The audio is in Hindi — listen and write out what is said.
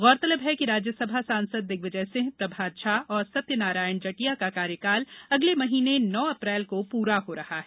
गौरतलब है कि राज्यसभा सांसद दिग्विजय सिंह प्रभात झा और सत्यनारायण जटिया का कार्यकाल अगले महीने नौ अप्रैल को पूरा हो रहा है